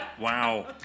Wow